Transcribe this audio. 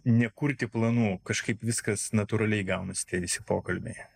nekurti planų kažkaip viskas natūraliai gaunasi visi pokalbiai